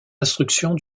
instructions